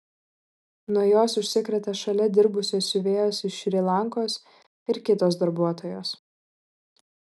nuo jos užsikrėtė šalia dirbusios siuvėjos iš šri lankos ir kitos darbuotojos